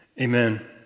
Amen